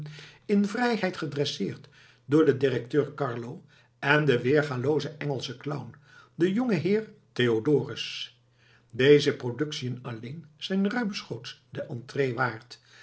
in vrijheid gedresseerd door den directeur carlo en den weergaloozen engelschen clown den jongeheer theodorus deze productiën alleen zijn ruimschoots de entrée waard